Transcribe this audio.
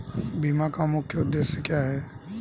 बीमा का मुख्य उद्देश्य क्या है?